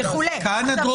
כהנא דרור,